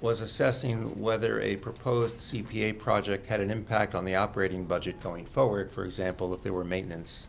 was assessing whether a proposed c p a project had an impact on the operating budget going forward for example if there were maintenance